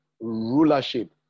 rulership